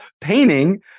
painting